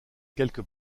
quelques